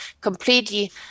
completely